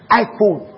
iPhone